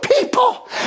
people